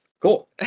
Cool